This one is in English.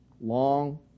Long